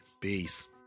Peace